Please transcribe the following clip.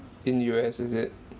in U_S is it